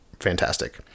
fantastic